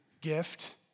gift